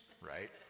right